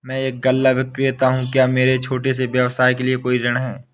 मैं एक गल्ला विक्रेता हूँ क्या मेरे छोटे से व्यवसाय के लिए कोई ऋण है?